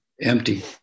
empty